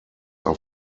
are